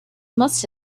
must